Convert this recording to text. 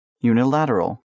unilateral